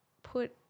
put